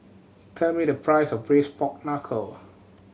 tell me the price of Braised Pork Knuckle